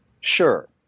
sure